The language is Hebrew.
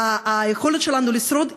היכולת שלנו לשרוד,